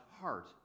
heart